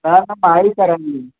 न न पाण ई कराईंदुमि